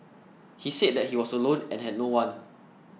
he said that he was alone and had no one